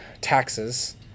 taxes